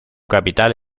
capital